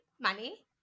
money